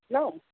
hello